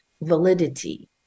validity